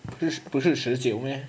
不是不是十九咩